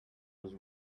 was